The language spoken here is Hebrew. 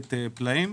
יורדת פלאים.